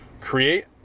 Create